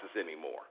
anymore